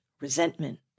resentment